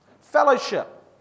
fellowship